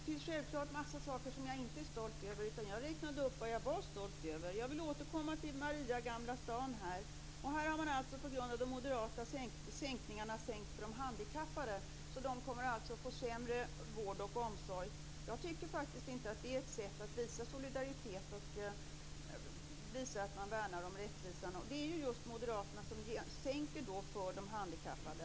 Herr talman! Det finns självfallet en massa saker som jag inte är stolt över. Jag räknade upp vad jag är stolt över. Jag vill återkomma till Maria-Gamla stan. Här har man alltså på grund av de moderata sänkningarna försämrat för handikappade, så att de kommer att få sämre vård och omsorg. Jag tycker inte att det är ett sätt att visa solidaritet och visa att man värnar om rättvisan. Det är just moderaterna som försämrar för de handikappade.